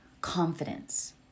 confidence